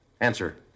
Answer